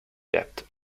debt